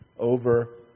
over